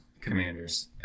commanders